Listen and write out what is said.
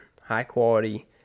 high-quality